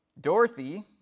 Dorothy